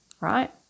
Right